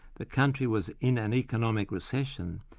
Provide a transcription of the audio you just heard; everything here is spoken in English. the country was in an economic recession,